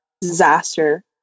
disaster